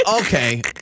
okay